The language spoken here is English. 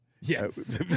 Yes